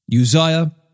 Uzziah